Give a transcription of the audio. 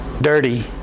dirty